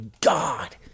God